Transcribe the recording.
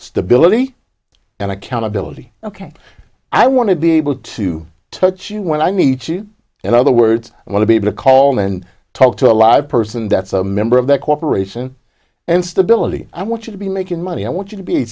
stability and accountability ok i want to be able to but you know when i meet you and other words i want to be able to call and talk to a live person that's a member of the corporation and stability i want you to be making money i want you to be